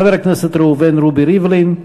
חבר הכנסת ראובן רובי ריבלין,